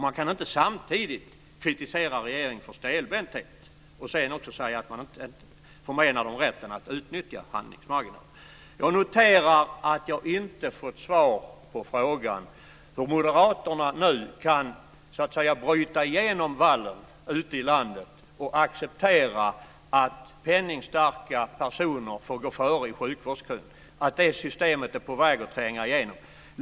Man kan inte kritisera regeringen för stelbenthet och samtidigt förmena den rätten att utnyttja handlingsmarginalen. Jag noterar att jag inte har fått svar på frågan om hur moderaterna nu kan bryta igenom vallen ute i landet och acceptera att penningstarka personer får gå före i sjukvårdskön, att det systemet är på väg att tränga igenom.